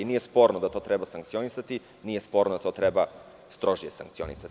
I nije sporno da to treba sankcionisati, nije sporno da to treba strožije sankcionisati.